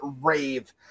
rave